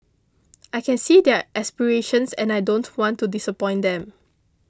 I can see their aspirations and I don't want to disappoint them